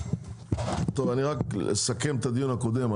אני אסכם את הדיון הקודם.